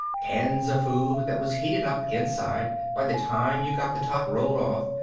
cans of food that was heated up inside by the time you got the top rolled off,